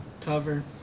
Cover